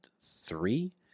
Three